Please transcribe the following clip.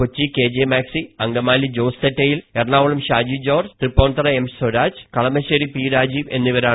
Kochi K J Maxi Angamaly Jose Thettayil Ernakulam Shaji George Thrippunithura M Swaraj Kalamassery P Rajeev എന്നിവരാണ്